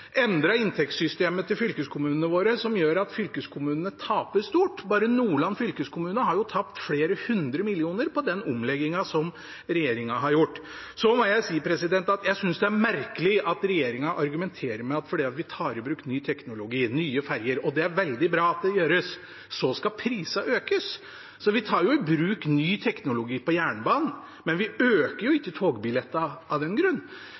inntektssystemet til fylkeskommunene våre, noe som gjør at ferjefylkene taper stort. Bare Nordland fylkeskommune har tapt flere hundre millioner på den omleggingen som regjeringen har gjort. Så må jeg si at jeg synes det er merkelig at regjeringen argumenterer med at fordi vi tar i bruk ny teknologi og nye ferjer – og det er veldig bra at det gjøres – skal prisene økes. Vi tar i bruk ny teknologi på jernbanen, men vi øker jo ikke togbillettene av den grunn.